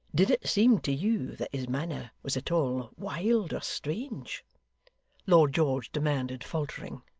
did it seem to you that his manner was at all wild or strange lord george demanded, faltering.